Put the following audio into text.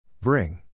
Bring